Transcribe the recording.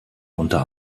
unter